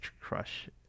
crush